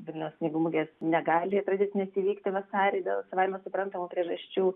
vilniaus knygų mugės negali tradicinės įvykti vasarį dėl savaime suprantamų priežasčių